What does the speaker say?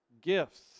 gifts